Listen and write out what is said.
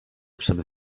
wszedł